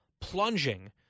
plunging